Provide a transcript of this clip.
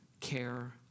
care